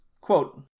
quote